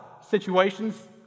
situations